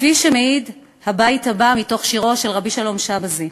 כפי שמעיד הבית הבא מתוך שירו של רבי שלום שבזי: